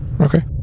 Okay